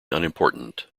unimportant